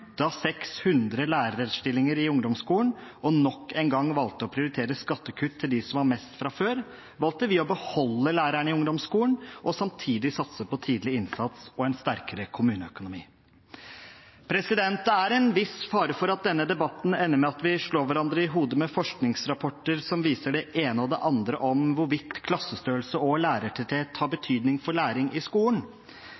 600 lærerstillinger i ungdomsskolen og nok en gang valgte å prioritere skattekutt til dem som har mest fra før, valgte vi å beholde lærerne i ungdomsskolen og samtidig satse på tidlig innsats og en sterkere kommuneøkonomi. Det er en viss fare for at denne debatten ender med at vi slår hverandre i hodet med forskningsrapporter som viser det ene og det andre om hvorvidt klassestørrelse og lærertetthet har